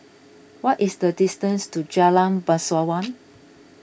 what is the distance to Jalan Bangsawan